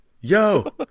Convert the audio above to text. yo